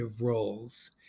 roles